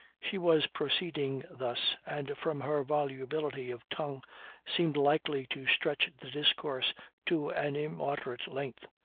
she was proceeding thus, and from her volubility of tongue seemed likely to stretch the discourse to an immoderate length,